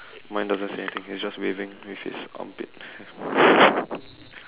mine doesn't say anything he's just waving with his armpit hair